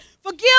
forgive